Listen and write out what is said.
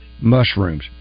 mushrooms